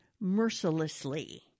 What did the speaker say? mercilessly